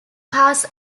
pass